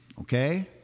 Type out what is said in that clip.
okay